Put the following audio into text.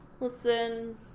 listen